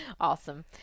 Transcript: Awesome